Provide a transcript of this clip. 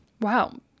Wow